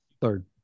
Third